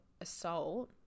assault